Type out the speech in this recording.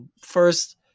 first